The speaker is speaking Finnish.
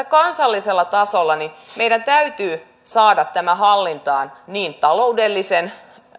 kansallisella tasolla meidän täytyy saada tämä hallintaan niin